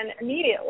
immediately